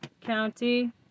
County